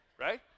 Right